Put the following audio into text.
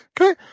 Okay